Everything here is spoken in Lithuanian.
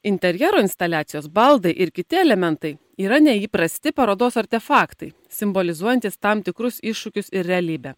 interjero instaliacijos baldai ir kiti elementai yra neįprasti parodos artefaktai simbolizuojantys tam tikrus iššūkius ir realybę